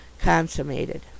consummated